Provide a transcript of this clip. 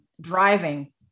driving